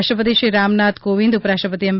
રાષ્ટ્રપતિ શ્રી રામનાથ કોવિંદ ઉપરાષ્ટ્રપતિ એમ